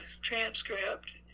transcript